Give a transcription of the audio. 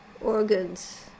organs